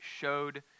showed